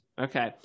Okay